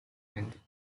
handed